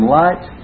light